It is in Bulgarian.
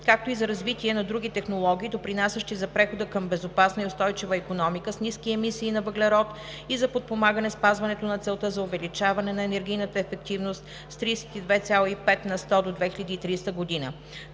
както и за развитие на други технологии, допринасящи за прехода към безопасна и устойчива икономика с ниски емисии на въглерод, и за подпомагане спазването на целта за увеличаване на енергийната ефективност с 32,5 на сто до 2030 г.; 11.